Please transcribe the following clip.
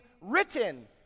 written